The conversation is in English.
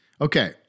Okay